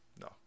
No